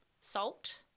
salt